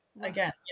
again